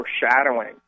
foreshadowing